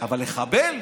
אבל לחבל?